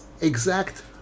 exact